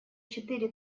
четыре